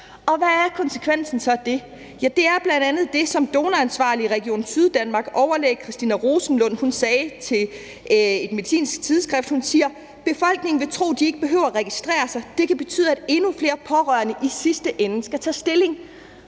Hvad er konsekvensen så af det? Det er bl.a. det, som donoransvarlig i Region Syddanmark, overlæge Christina Rosenlund, sagde til et medicinsk tidsskrift. Hun sagde: Befolkningen vil tro, at de ikke behøver registrere sig. Det kan betyde, at endnu flere pårørende i sidste ende skal tage stilling.